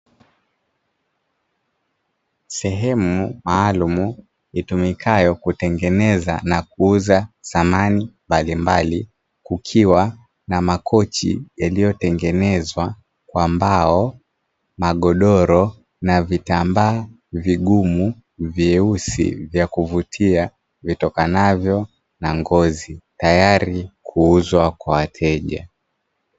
Sehemu maalumu itumikayo kutengeneza na kuuza samani mbalimbali. Kukiwa na makochi yaliyotengenezwa kwa mbao, magodoro na vitambaa vigumu vyeusi vya kuvutia vitokanavyo na ngozi ,tayari kuuzwa kwa wateja.